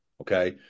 Okay